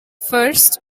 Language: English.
first